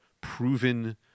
proven